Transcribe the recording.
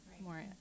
more